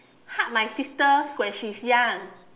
hug my sister when she's young